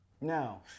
Now